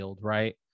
Right